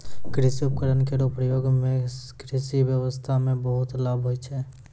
कृषि उपकरण केरो प्रयोग सें कृषि ब्यबस्था म बहुत लाभ होय छै